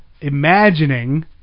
imagining